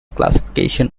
classification